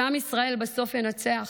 שעם ישראל בסוף ינצח.